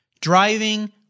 driving